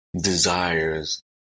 desires